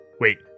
wait